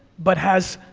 but has,